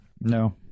No